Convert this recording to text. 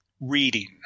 reading